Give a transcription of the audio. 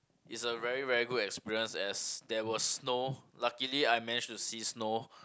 it's a very very good experience as there was snow luckily I managed to see snow